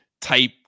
type